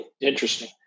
Interesting